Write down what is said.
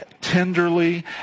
tenderly